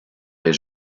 les